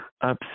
up